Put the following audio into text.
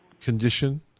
condition